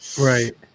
Right